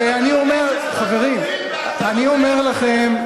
ואני אומר, חברים, אני אומר לכם: